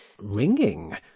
ringing